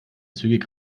zügig